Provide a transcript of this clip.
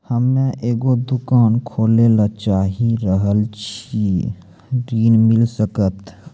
हम्मे एगो दुकान खोले ला चाही रहल छी ऋण मिल सकत?